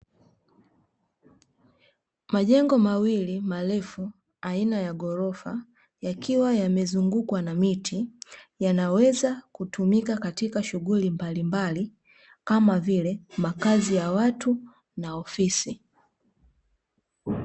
Majengo mawili marefu aina ya gorofa yakiwa yamezungukwa na miti yanaweza kutumika katika shughuli mbalimbali kama vile makazi ya watu na ofisi.